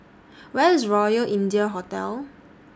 Where IS Royal India Hotel